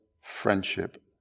friendship